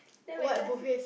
then my class